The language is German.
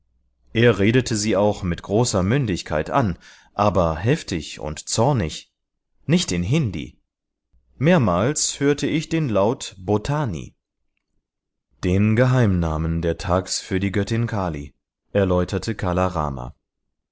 er redete sie auch mit großer mündigkeit an aber heftig und zornig nicht in hindi mehrmals hörte ich den laut bhotani den geheimnamen der thags für die göttin kali erläuterte kala rama